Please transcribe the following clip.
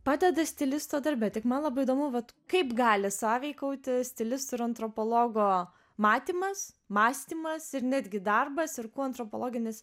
padeda stilisto darbe tik man labai įdomu vat kaip gali sąveikauti stilisto ir antropologo matymas mąstymas ir netgi darbas ir kuo antropologinis